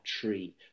tree